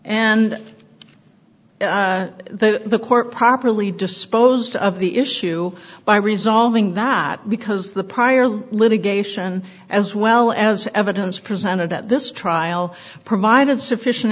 and the court properly disposed of the issue by resolving that because the prior litigation as well as evidence presented at this trial provided sufficient